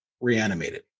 reanimated